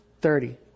Thirty